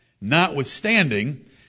notwithstanding